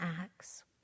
acts